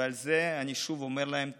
ועל זה אני שוב אומר להם תודה.